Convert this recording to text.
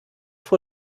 vor